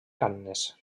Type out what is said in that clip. canes